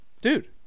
Dude